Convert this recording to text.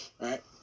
right